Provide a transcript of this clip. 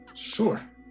Sure